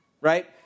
right